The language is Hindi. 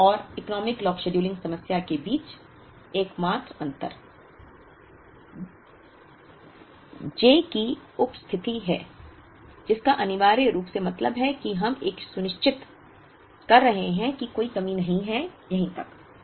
इसके और इकोनॉमिक लॉट शेड्यूलिंग समस्या के बीच एकमात्र अंतर I j की उपस्थिति है जिसका अनिवार्य रूप से मतलब है कि हम यह सुनिश्चित कर रहे हैं कि कोई कमी नहीं है यहीं तक